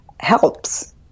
helps